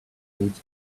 needs